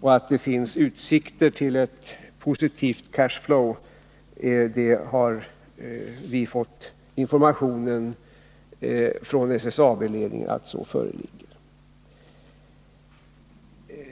och att det finns utsikter för ett positivt cash-flow har vi fått information om från SSAB:s ledning.